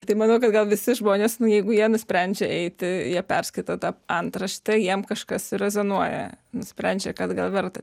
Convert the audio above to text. tai manau kad gal visi žmonės nu jeigu jie nusprendžia eiti jie perskaito tą antraštę jiem kažkas rezonuoja nusprendžia kad gal verta